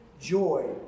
joy